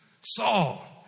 Saul